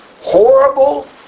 horrible